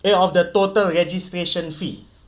eh of the total registration fee